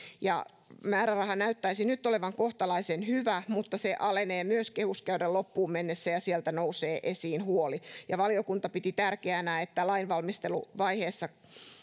määräraha näyttäisi nyt olevan kohtalaisen hyvä mutta se alenee myös kehyskauden loppuun mennessä ja sieltä nousee esiin huoli valiokunta piti tärkeänä että lainvalmisteluvaiheessa